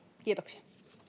kiitoksia